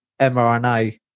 mRNA